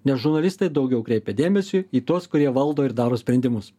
nes žurnalistai daugiau kreipia dėmesiui į tuos kurie valdo ir daro sprendimus